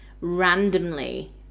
randomly